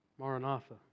Maranatha